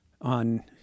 on